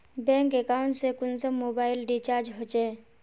Bank account से कुंसम mobile recharge होचे?